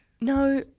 no